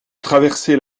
traversait